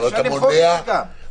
אפשר למחוק את זה גם.